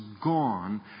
gone